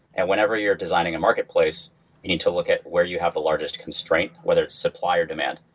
and whenever you're designing a marketplace, you need to look at where you have the largest constraint, whether it's supplier demand,